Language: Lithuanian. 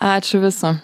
ačiū viso